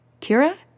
Kira